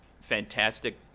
fantastic